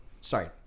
sorry